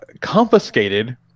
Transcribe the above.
confiscated